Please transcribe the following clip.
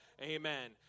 Amen